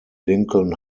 lincoln